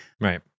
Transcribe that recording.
right